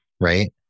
right